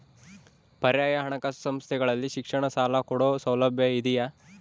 ಪರ್ಯಾಯ ಹಣಕಾಸು ಸಂಸ್ಥೆಗಳಲ್ಲಿ ಶಿಕ್ಷಣ ಸಾಲ ಕೊಡೋ ಸೌಲಭ್ಯ ಇದಿಯಾ?